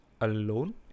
alone